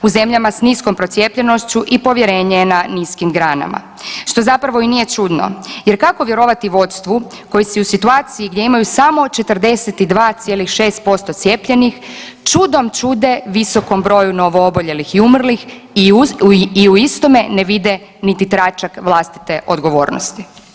U zemljama s niskom procijepljenošću i povjerenje je na niskim granama, što zapravo i nije čudno jer kako vjerovati vodstvu koje se u situaciji gdje imaju samo 42,6% cijepljenih čudom čude visokom broju novooboljelih i umrlih i u istome ne vide niti tračak vlastite odgovornosti.